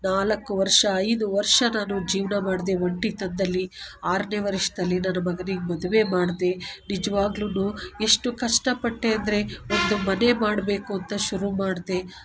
ನಾಲ್ಕು ವರ್ಷ ಐದು ವರ್ಷ ನಾನು ಜೀವನ ಮಾಡಿದೆ ಒಂಟಿ ತನದಲ್ಲಿ ಆರನೇ ವರ್ಷದಲ್ಲಿ ನನ್ನ ಮಗನಿಗೆ ಮದುವೆ ಮಾಡಿದೆ ನಿಜವಾಗ್ಲೂ ಎಷ್ಟು ಕಷ್ಟ ಪಟ್ಟೆ ಅಂದರೆ ಒಂದು ಮನೆ ಮಾಡಬೇಕಂತ ಶುರು ಮಾಡಿದೆ